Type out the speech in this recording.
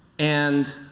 and